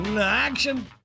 action